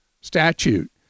statute